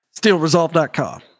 steelresolve.com